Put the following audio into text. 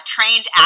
Trained